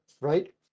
Right